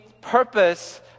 purpose